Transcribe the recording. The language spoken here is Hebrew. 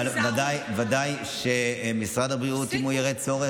אבל ודאי שאם משרד הבריאות יראה צורך,